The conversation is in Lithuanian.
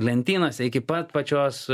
lentynose iki pat pačios